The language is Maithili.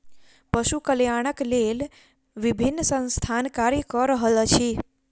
पशु कल्याणक लेल विभिन्न संस्थान कार्य क रहल अछि